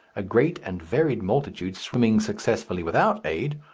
a great and varied multitude swimming successfully without aid,